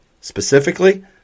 specifically